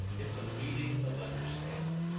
it's a meeting of understanding.